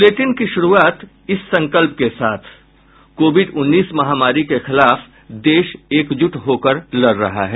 bulletin की शुरूआत इस संकल्प के साथ कोविड उन्नीस महामारी के खिलाफ देश एकजुट होकर लड़ रहा है